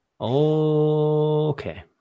Okay